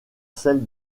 celles